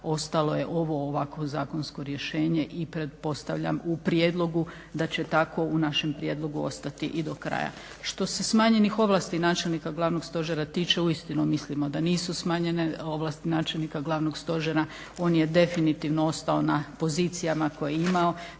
ostalo je ovo ovako zakonsko rješenje i pretpostavljam u prijedlogu da će tako u našem prijedlogu ostati i do kraja. Što se smanjenih ovlasti načelnika glavnog stožera tiče uistinu mislimo da nisu smanjene ovlasti načelnika glavnog stožera. On je definitivno ostao na pozicijama koje je imao